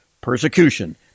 Persecution